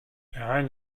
behind